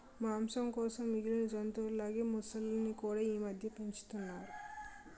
మాంసం కోసం మిగిలిన జంతువుల లాగే మొసళ్ళును కూడా ఈమధ్య పెంచుతున్నారు